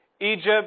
Egypt